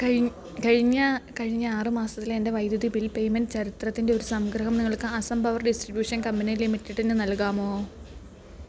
കഴി കഴിഞ്ഞ കഴിഞ്ഞ ആറ് മാസത്തിലെ എൻ്റെ വൈദ്യുതി ബിൽ പേയ്മെൻ്റ് ചരിത്രത്തിൻറ്റൊരു സംഗ്രഹം നിങ്ങൾക്ക് അസം പവർ ഡിസ്ട്രിബ്യൂഷൻ കമ്പനി ലിമിറ്റഡിന് നൽകാമോ